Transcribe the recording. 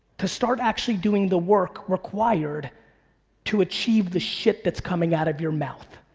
to start actually doing the work required to achieve the shit that's coming out of your mouth.